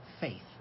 faith